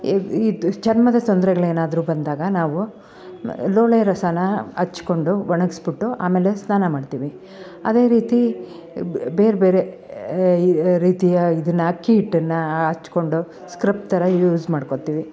ಇದು ಚರ್ಮದ ತೊಂದ್ರೆಗಳೇನಾದ್ರು ಬಂದಾಗ ನಾವು ಲೋಳೆರಸನಾ ಹಚ್ಕೊಂಡು ಒಣಗಿಸ್ಬುಟ್ಟು ಆಮೇಲೆ ಸ್ನಾನ ಮಾಡ್ತಿವಿ ಅದೇ ರೀತಿ ಬೇರೆಬೇರೆ ಈ ರೀತಿಯ ಇದನ್ನು ಅಕ್ಕಿ ಹಿಟ್ಟನ್ನು ಹಚ್ಕೊಂಡು ಸ್ಕ್ರಬ್ ಥರ ಯೂಸ್ ಮಾಡ್ಕೊತ್ತಿವಿ